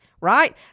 right